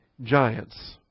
giants